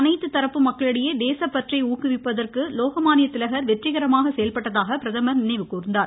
அனைத்து தரப்பு மக்களிடையே தேசப்பற்றை ஊக்குவிப்பதற்கு லோக மானிய திலகர் வெற்றிகரமாக செயல்பட்டதாக பிரதமர் நினைவுகூர்ந்தார்